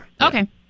Okay